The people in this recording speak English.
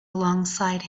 alongside